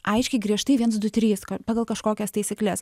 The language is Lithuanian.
aiškiai griežtai viens du trys kad pagal kažkokias taisykles